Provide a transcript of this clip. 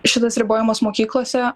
šitas ribojamas mokyklose